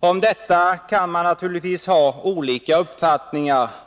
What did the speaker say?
Om detta kan man naturligtvis ha olika uppfattningar.